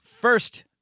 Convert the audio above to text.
first